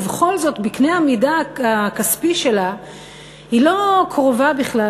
ובכל זאת בקנה המידה הכספי שלה היא לא קרובה בכלל